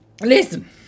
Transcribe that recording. listen